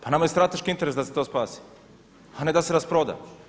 Pa nama je strateški interes da se to spasi a ne da se rasproda.